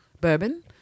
bourbon